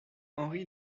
henri